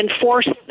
enforce